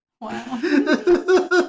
Wow